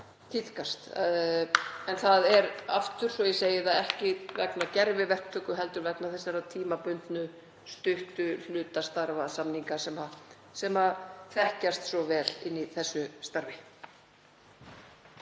tíðkast. En það er, svo ég segi það aftur, ekki vegna gerviverktöku heldur vegna þessara tímabundnu stuttu hlutastarfasamninga sem þekkjast svo vel í þessu umhverfi.